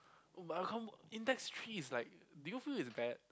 but Index Three is like do you feel it's bad